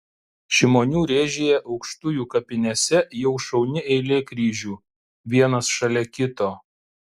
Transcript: šimonių rėžyje aukštujų kapinėse jau šauni eilė kryžių vienas šalia kito